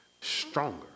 stronger